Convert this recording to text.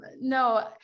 no